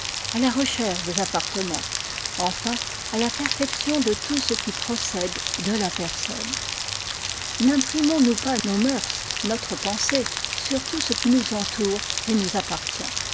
à la recherche des appartements enfin à la perfection de tout ce qui procède de la personne nimprimons nous pas nos mœurs notre pensée sur tout ce qui nous entoure et nous appartient